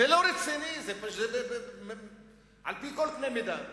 זה לא רציני, על-פי כל קנה-מידה.